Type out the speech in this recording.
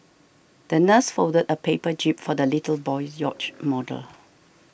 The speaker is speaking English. the nurse folded a paper jib for the little boy's yacht model